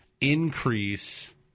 increase –